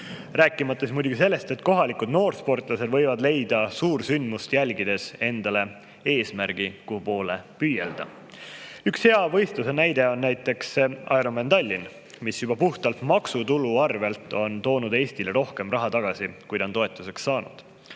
Rääkimata muidugi sellest, et kohalikud noorsportlased võivad leida suursündmust jälgides endale eesmärgi, mille poole püüelda. Üks hea näide on võistlus Ironman Tallinn, mis juba puhtalt maksutulu arvelt on tagasi toonud rohkem raha, kui ta toetuseks on saanud.